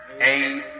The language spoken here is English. eight